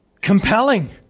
compelling